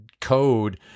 code